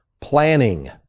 planning